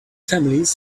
families